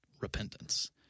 Repentance